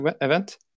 event